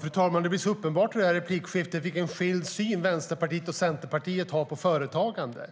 Fru talman! Det blir så uppenbart i det här replikskiftet vilken skild syn Vänsterpartiet och Centerpartiet har på företagande.